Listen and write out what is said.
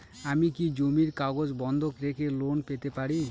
আমি কি জমির কাগজ বন্ধক রেখে লোন পেতে পারি?